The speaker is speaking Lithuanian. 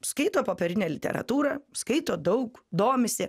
skaito popierinę literatūrą skaito daug domisi